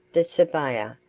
the surveyor,